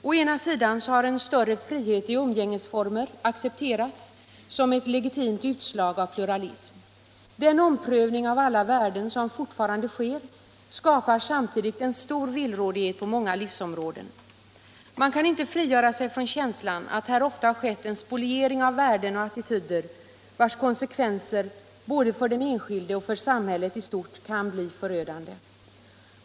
Å ena sidan har en större frihet i umgängesformer accepterats som ctt legitimt utslag av pluralism. Den omprövning av alla värden som fortfarande sker skapar samtidigt en stor villrådighet på månpga livsområden. Man kan inte frigöra sig från känslan att här ofta har skett en förstöring av värden och attityder vars konsekvenser både för den enskilde och för samhället i stort kan bli förödande.